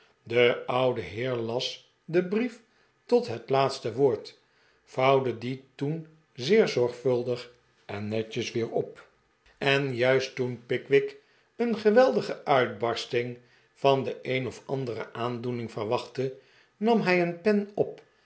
de oude heer las den brief tot het laatste woord vouwde dien toen zeer zorgvuldig en netjes weer op en juist toen pickwick een geweldige uitbarsting van de een of andere aandoening verwachtte nam hij een pen op